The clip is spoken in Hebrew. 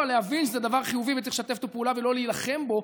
להבין שזה דבר חיובי וצריך לשתף איתו פעולה ולא להילחם בו,